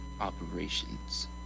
operations